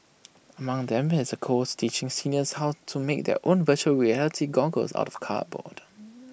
among them is A course teaching seniors how to make their own Virtual Reality goggles out of cardboard